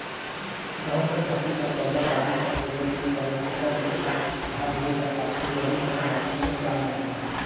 गहूँ कर फसिल बर बगरा पानी कर जरूरत नी परे तेकर ले एला धान लूए कर पाछू रबी कर मउसम में उगाल जाथे